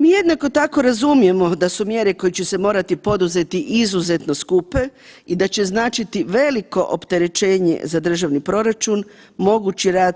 Mi jednako tako razumijemo da su mjere koje će se morati poduzeti izuzetno skupe i da će značiti veliko opterećenje za državni proračun, mogući rad,